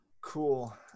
Cool